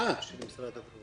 זו הנחה של משרד הבריאות.